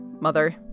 mother